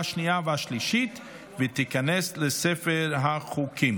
שמונה בעד, אין מתנגדים,